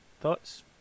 thoughts